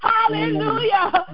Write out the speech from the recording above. Hallelujah